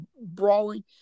brawling